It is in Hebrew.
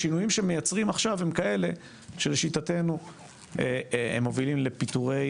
השינויים שמייצרים עכשיו הם כאלה שלשיטתנו הם מובילים לפיטורי